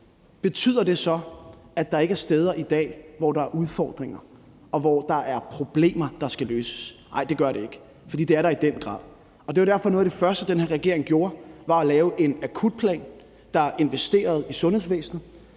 Betyder det så, at der ikke er steder i dag, hvor der er udfordringer, og hvor der er problemer, der skal løses? Nej, det gør det ikke, for det er der i den grad. Det er jo derfor, noget af det første, den her regering gjorde, var at lave en akutplan, der investerede i sundhedsvæsenet,